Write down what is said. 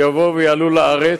שיבואו ויעלו לארץ.